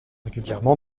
régulièrement